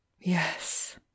Yes